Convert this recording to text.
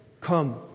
come